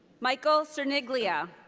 michael cerniglia.